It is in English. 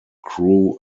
crew